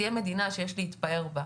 שתהיה מדינה שיש להתפאר בה.